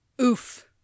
oof